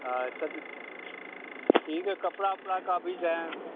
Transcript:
अच्छा तो ठीक है कपड़ा ओपड़ा का भी जो हैं तो